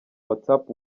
whatsapp